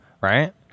right